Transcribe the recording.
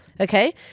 okay